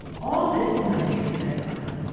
all this, my dear, said i.